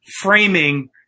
framing